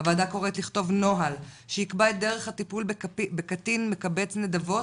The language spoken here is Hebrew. הוועדה קוראת לכתוב נוהל שיקבע את דרך הטיפול בקטין מקבץ נדבות,